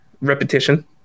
repetition